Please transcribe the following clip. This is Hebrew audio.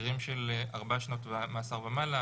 אסירים של ארבע שנות מאסר ומעלה,